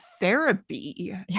therapy